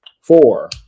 Four